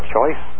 choice